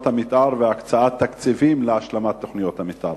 המיתאר והקצאת תקציבים להשלמת תוכניות המיתאר.